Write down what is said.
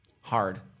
Hard